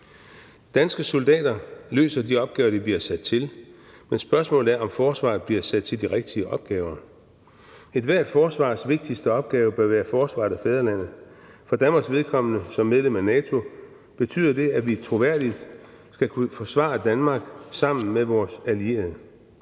Danske soldater løser de opgaver, de bliver sat til, men spørgsmålet er, om forsvaret bliver sat til de rigtige opgaver. Ethvert forsvars vigtigste opgave bør være forsvaret af fædrelandet. For Danmarks vedkommende, som medlem af NATO, betyder det, at vi troværdigt skal kunne forsvare Danmark sammen med vores allierede.